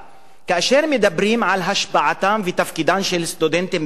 כאשר מדברים על השפעתם ותפקידם של סטודנטים בישראל